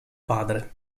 padre